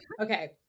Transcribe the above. Okay